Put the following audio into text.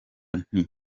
nti